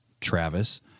Travis